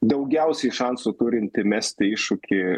daugiausiai šansų turinti mesti iššūkį